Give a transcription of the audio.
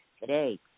today